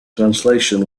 translation